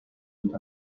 dit